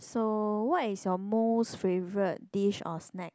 so what is your most favourite dish or snack